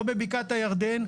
לא בבקעת הירדן.